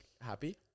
happy